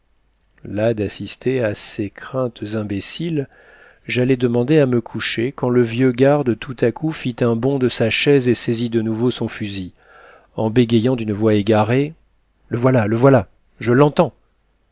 las d'assister à ces craintes imbéciles j'allais demander à me coucher quand le vieux garde tout à coup fit un bond de sa chaise saisit de nouveau son fusil en bégayant d'une voix égarée le voilà le voilà je l'entends